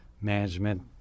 management